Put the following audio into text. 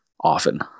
often